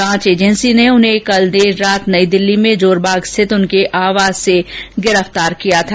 जांच एजेंसी ने उन्हें कल रात नई दिल्ली में जोरबाग स्थित उनके आवास से गिरफ्तार किया था